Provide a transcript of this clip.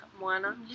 Moana